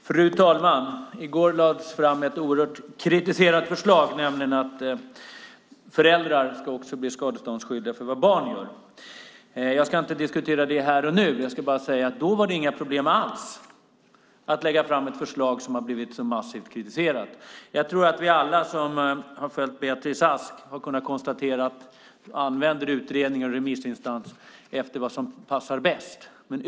Fru talman! I går lades ett oerhört kritiserat förslag fram, nämligen att föräldrar ska bli skadeståndsskyldiga för vad deras barn gör. Jag ska inte diskutera det här och nu utan bara säga att det då inte var några problem alls att lägga fram ett förslag som blivit så massivt kritiserat. Jag tror att alla vi som har följt Beatrice Ask har kunnat konstatera att hon använder utredningar och remissinstanser efter vad som passar bäst.